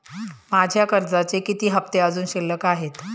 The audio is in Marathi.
माझे कर्जाचे किती हफ्ते अजुन शिल्लक आहेत?